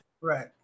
Right